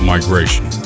Migration